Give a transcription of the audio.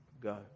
go